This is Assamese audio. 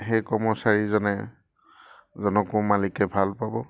সেই কৰ্মচাৰীজনে জনকো মালিকে ভাল পাব